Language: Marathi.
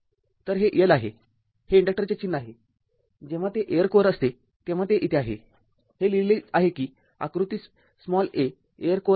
तर हे L आहे हे इन्डक्टरचे चिन्ह आहे जेव्हा ते एअर कोअर असते तेव्हा ते इथे आहे हे लिहिले आहे कि आकृती a एअर कोअर आहे